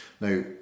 now